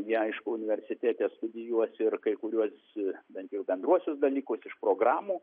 jie aišku universitete studijuos ir kai kuriuose bent jau bendruosius dalykus iš programų